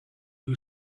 who